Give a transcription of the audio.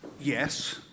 Yes